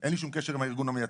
אין לי שום קשר עם הארגון המייצג.